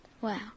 Wow